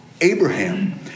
Abraham